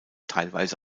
teilweise